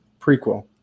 prequel